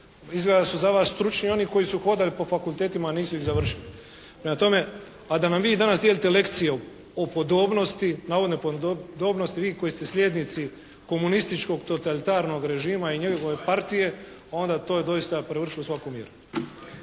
Izgleda da su za vas stručni oni koji su hodali po fakultetima, a nisu ih završili. Prema tome, a da nam vi danas dijelite lekciju o podobnosti, navodnoj podobnosti, vi koji ste slijednici komunističkog totalitarnog režima i njegove partije onda to je doista prevršilo svaku mjeru.